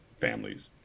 families